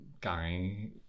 guy